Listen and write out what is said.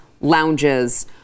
lounges